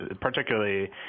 particularly